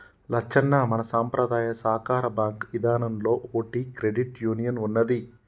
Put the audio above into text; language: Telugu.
లచ్చన్న మన సంపద్రాయ సాకార బాంకు ఇదానంలో ఓటి క్రెడిట్ యూనియన్ ఉన్నదీ